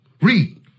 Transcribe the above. Read